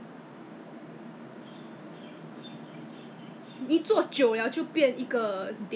come back from 从外面回来 hor come back from outside ah 我会觉得好像 !wah! 一脸的都是灰啊